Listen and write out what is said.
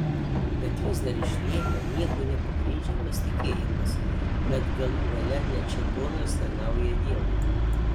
bet vis dar išlieka niekuo nepagrindžiamas tikėjimas kad galų gale net šėtonas tarnauja dievui